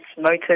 motor